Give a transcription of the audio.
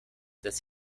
des